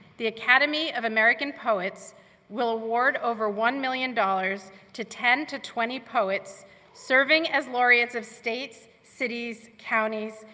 the academy of american poets will award over one million dollars to ten to twenty poets serving as laureates of states, cities, counties,